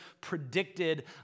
predicted